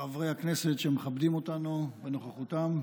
חברי הכנסת שמכבדים אותנו בנוכחותם,